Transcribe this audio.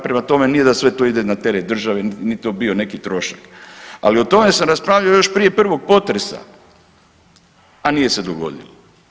Prema tome, nije da sve to ide na teret države, niti bi to bio neki trošak, ali o tome sam raspravljao još prije prvog potresa, a nije se dogodilo.